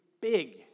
big